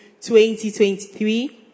2023